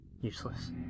useless